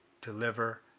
deliver